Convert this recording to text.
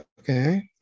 okay